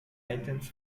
items